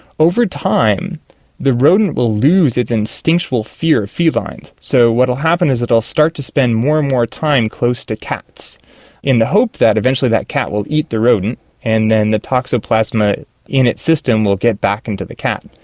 over time the rodent will lose its instinctual fear of felines. so what will happen is it will start to spend more and more time close to cats in the hope that eventually that cat will eat the rodent and then the toxoplasma in its system will get back into the cat.